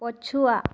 ପଛୁଆ